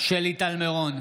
שלי טל מירון,